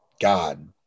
God